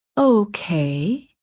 okay,